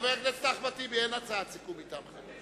חבר הכנסת אחמד טיבי, אין הצעת סיכום מטעמך.